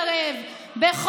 לעליון.